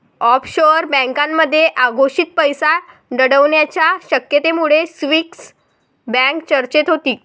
offshore बँकांमध्ये अघोषित पैसा दडवण्याच्या शक्यतेमुळे स्विस बँक चर्चेत होती